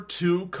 two